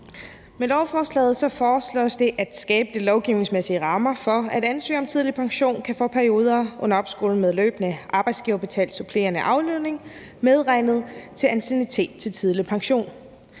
Med lovforslaget foreslås det at skabe de lovgivningsmæssige rammer for, at ansøgere om tidlig pension kan få perioder under opskoling med løbende arbejdsgiverbetalt supplerende aflønning medregnet til anciennitet til tidlig pension.